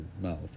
mouth